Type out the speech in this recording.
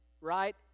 right